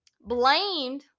blamed